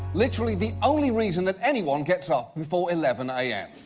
literally, the only reason that anyone gets up before eleven am.